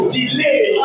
delay